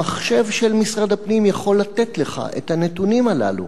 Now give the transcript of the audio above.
המחשב של משרד הפנים יכול לתת לך את הנתונים האלה.